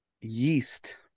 yeast